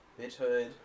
bitchhood